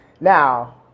Now